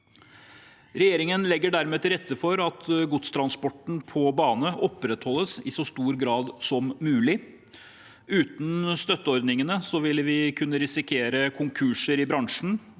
Regjeringen legger dermed til rette for at godstransporten på bane opprettholdes i så stor grad som mulig. Uten støtteordningene ville vi kunne risikert konkurser i bransjen,